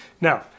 Now